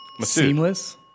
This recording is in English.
Seamless